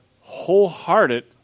wholehearted